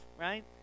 right